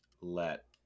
let